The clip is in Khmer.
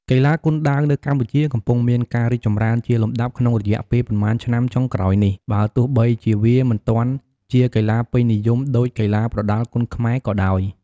កីឡាគុនដាវនៅកម្ពុជាកំពុងមានការរីកចម្រើនជាលំដាប់ក្នុងរយៈពេលប៉ុន្មានឆ្នាំចុងក្រោយនេះ បើទោះបីជាវាមិនទាន់ជាកីឡាពេញនិយមដូចកីឡាប្រដាល់គុនខ្មែរក៏ដោយ។